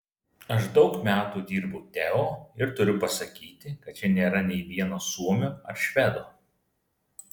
aš daug metų dirbu teo ir turiu pasakyti kad čia nėra nė vieno suomio ar švedo